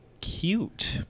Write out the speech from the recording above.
cute